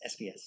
SBS